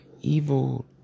evil